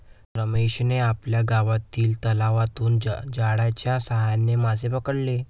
रमेशने आपल्या गावातील तलावातून जाळ्याच्या साहाय्याने मासे पकडले